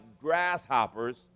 grasshoppers